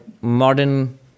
modern